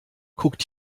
guckt